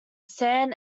san